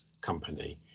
company